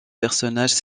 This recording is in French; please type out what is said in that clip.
personnages